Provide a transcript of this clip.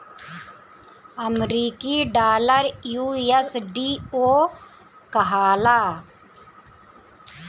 अमरीकी डॉलर यू.एस.डी.ओ कहाला